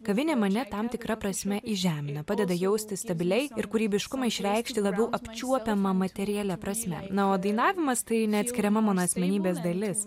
kavinė mane tam tikra prasme įžemina padeda jaustis stabiliai ir kūrybiškumą išreikšti labiau apčiuopiama materialia prasme na o dainavimas tai neatskiriama mano asmenybės dalis